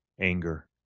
Anger